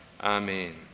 Amen